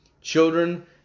children